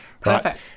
Perfect